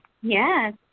Yes